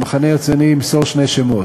המחנה הציוני ימסור שני שמות,